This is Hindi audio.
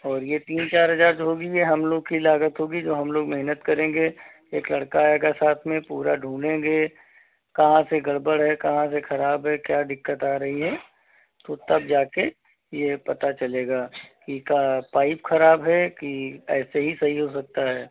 और ये तीन चार हजार जो होगी ये हम लोग की लागत होगी जो हम लोग मेहनत करेंगे एक लड़का आएगा साथ में पूरा ढूंढेंगे कहाँ से गड़बड़ है कहाँ से खराब है क्या दिक्कत आ रही है तो तब जा कर ये पता चलेगा कि का पाइप खराब है कि ऐसे ही सही हो सकता है